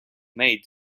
made